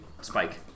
spike